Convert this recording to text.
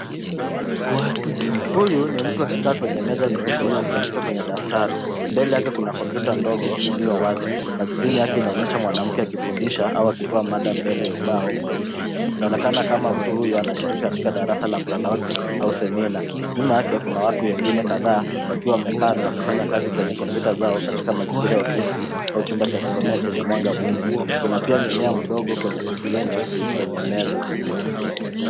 Huyu ni mtu akikaa kwenye meza nyeupe aki andika kwenye daftari. Mbele yake kuna kompyuta ndogo iliyo wazi na skrini yake inaonyesha mwanamke akifundisha au akitoa mada mbele ya ubao mweusi, inaonekana kama mtu huyo anashiriki katika darasa la mtandaoni au semina. Nyuma yake kuna watu wengine kadhaa wakiwa wamekaa na kufanya kazi kwenye kompyuta zao katika mazingira ya ofisi au chumba cha kusomea chenye mwanga mwingi. Kuna pia mmea mdogo kwenye sufuria nyeusi kwenye meza.